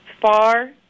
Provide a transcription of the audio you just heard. far